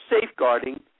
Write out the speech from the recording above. safeguarding